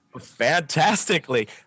Fantastically